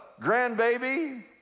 grandbaby